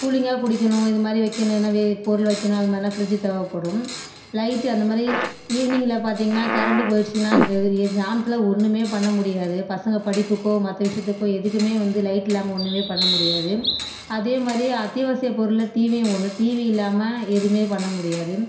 கூலிங்காக குடிக்கணும் இது மாரி வைக்கணும் எதன்னா பொருள் வைக்கணும் அது மாரிமாரின்னா ஃபிரிட்ஜ் தேவைப்படும் லைட்டு அந்த மாரி ஈவினிங்கில பார்த்தீங்கன்னா கரண்ட் போயிடுச்சுன்னா கிராமத்தில் ஒன்னுமே பண்ண முடியாது பசங்க படிப்புக்கோ மற்ற விஷயத்துக்கோ எதுக்குமே வந்து லைட்டு இல்லாமல் ஒன்னுமே பண்ண முடியாது அதே மாரி அத்தியாவசிய பொருள்ள டீவியும் ஒன்று டீவி இல்லாமல் எதுவுமே பண்ண முடியாது